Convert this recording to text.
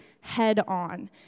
head-on